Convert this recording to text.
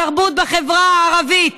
התרבות בחברה הערבית